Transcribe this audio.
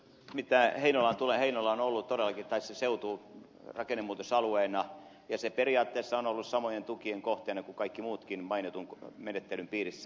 mitä heinolaan tulee heinola on ollut todellakin tai se seutu rakennemuutosalueena ja se periaatteessa on ollut samojen tukien kohteena kuin kaikki muutkin mainitun menettelyn piirissä